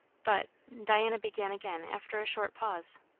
but, diana began again after a short pause,